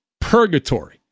purgatory